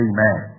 Amen